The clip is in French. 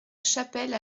chapelle